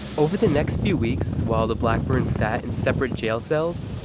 over the next few weeks, while the blackburns sat in separate jail cells,